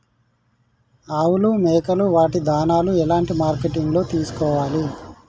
ఆవులు మేకలు వాటి దాణాలు ఎలాంటి మార్కెటింగ్ లో తీసుకోవాలి?